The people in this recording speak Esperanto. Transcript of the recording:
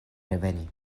reveni